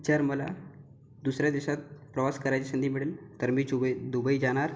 जर मला दुसऱ्या देशात प्रवास करायची संधी मिळेल तर मी चुबे दुबई जाणार